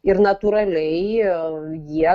ir natūraliai jie